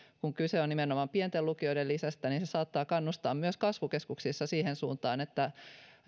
kun kyse on nimenomaan pienten lukioiden lisästä se saattaa kannustaa myös kasvukeskuksissa siihen suuntaan että